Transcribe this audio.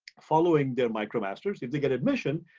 following their micromasters if they get admission,